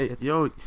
Yo